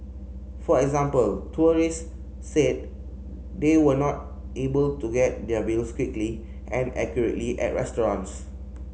for example tourist said they were not able to get their bills quickly and accurately at restaurants